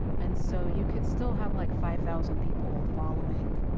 and so, you could still have like five thousand people following.